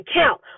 count